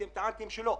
אתם טענתם שלא.